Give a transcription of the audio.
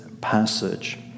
passage